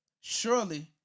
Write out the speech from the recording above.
Surely